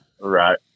right